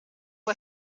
può